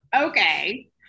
okay